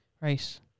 Right